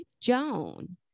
joan